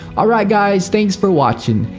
alright guys, thanks for watching.